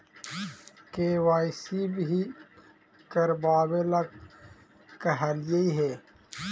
KYC भी करवावेला कहलिये हे?